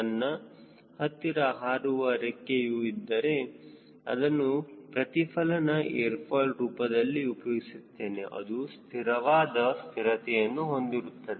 ನನ್ನ ಹತ್ತಿರ ಹಾರುವ ರೆಕ್ಕೆಯು ಇದ್ದರೆ ಅದನ್ನು ಪ್ರತಿಫಲನ ಏರ್ ಫಾಯ್ಲ್ ರೂಪದಲ್ಲಿ ಉಪಯೋಗಿಸುತ್ತೇನೆ ಅದು ಸ್ಥಿರವಾದ ಸ್ಥಿರತೆಯನ್ನು ಹೊಂದಿರುತ್ತದೆ